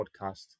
podcast